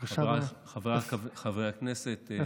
חבריי חברי הכנסת,